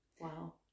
Wow